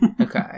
Okay